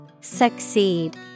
Succeed